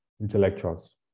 intellectuals